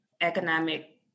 economic